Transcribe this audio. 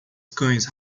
cães